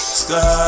sky